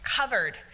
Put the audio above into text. covered